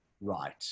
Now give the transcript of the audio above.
right